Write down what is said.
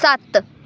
ਸੱਤ